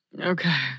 Okay